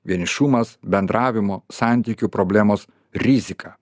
vienišumas bendravimo santykių problemos rizika